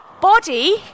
body